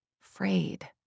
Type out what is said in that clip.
frayed